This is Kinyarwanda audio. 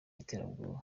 iterabwoba